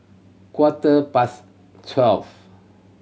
quarter past twelve